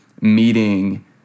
meeting